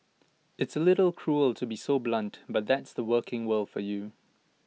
it's A little cruel to be so blunt but that's the working world for you